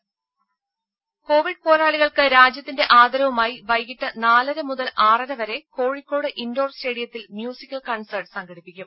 രുമ കോവിഡ് പോരാളികൾക്ക് രാജ്യത്തിന്റെ ആദരവുമായി വൈകിട്ട് നാലര മുതൽ ആറര വരെ കോഴിക്കോട് ഇൻഡോർ സ്റ്റേഡിയത്തിൽ മ്യൂസിക്കൽ കൺസേർട്ട് സംഘടിപ്പിക്കും